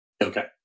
Okay